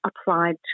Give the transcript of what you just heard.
applied